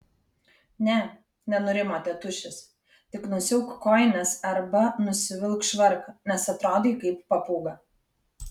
ne nenurimo tėtušis tik nusiauk kojines arba nusivilk švarką nes atrodai kaip papūga